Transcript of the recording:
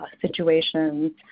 situations